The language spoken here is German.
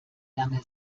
lange